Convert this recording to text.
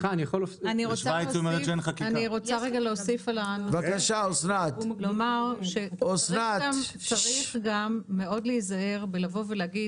אני רוצה רגע להוסיף ולומר שצריך גם מאוד להזהר בלבוא ולהגיד